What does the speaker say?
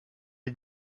est